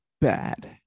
bad